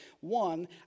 one